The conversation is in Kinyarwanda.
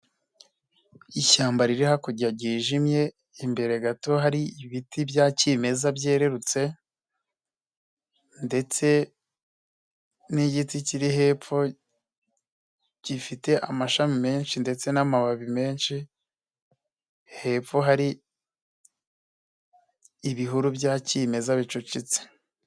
Ishyamba riri hakurya ryijimye, imbere gato hari ibiti bya kimeza byererutse ndetse n'igiti kiri hepfo gifite amashami menshi ndetse n'amababi menshi hepfo hari ibihuru bya kimeza bicucitse.